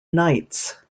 knights